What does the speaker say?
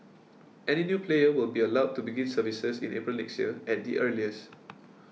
any new player will be allowed to begin services in April next year at the earliest